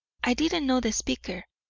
i didn't know the speaker,